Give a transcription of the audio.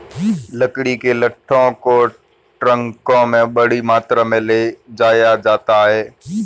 लकड़ी के लट्ठों को ट्रकों में बड़ी मात्रा में ले जाया जाता है